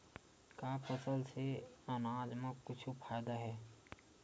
का फसल से आनाज मा कुछु फ़ायदा हे?